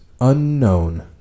Unknown